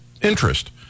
interest